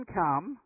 come